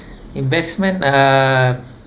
investment uh